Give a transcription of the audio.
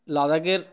লাদাখের